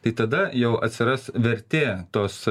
tai tada jau atsiras vertė tos